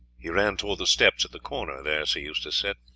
he ran towards the steps at the corner there, sir eustace said,